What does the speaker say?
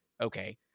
Okay